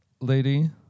Lady